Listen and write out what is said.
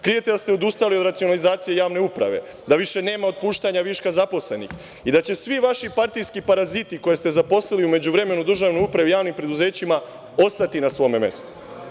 Krijete da ste odustali od racionalizacije javne uprave, da više nema otpuštanja viška zaposlenih i da će svi vaši partijski paraziti, koje ste zaposlili u međuvremenu u državnoj upravi i javnim preduzećima, ostati na svome mestu.